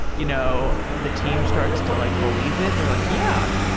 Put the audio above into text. you know the team started to like believe it. they're like, yeah,